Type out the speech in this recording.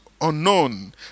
unknown